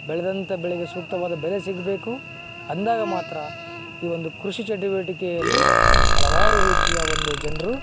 ಬೆಳೆದಂತ ಬೆಳೆಗೆ ಸೂಕ್ತವಾದ ಬೆಲೆ ಸಿಗಬೇಕು ಅಂದಾಗ ಮಾತ್ರ ಈ ಒಂದು ಕೃಷಿ ಚಟುವಟಿಕೆಯಲ್ಲಿ ಹಲವಾರು ರೀತಿಯ ಒಂದು ಜನರು